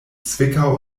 zwickau